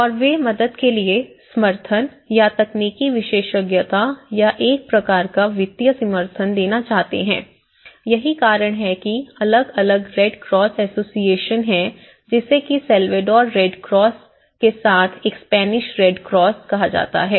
और वे मदद के लिए समर्थन या तकनीकी विशेषज्ञता या एक प्रकार का वित्तीय समर्थन देना चाहते हैं यही कारण है कि अलग अलग रेड क्रॉस एसोसिएशन है जैसे कि सल्वाडोर रेड क्रॉस के साथ एक स्पेनिश रेड क्रॉस है